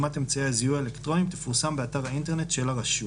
ורשימת אמצעי הזיהוי האלקטרוניים תפורסם באתר האינטרנט של הרשות."